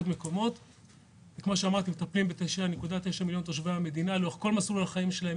אנחנו מטפלים בתשעת מיליוני תושבי המדינה לאורך כל מסלול החיים שלהם,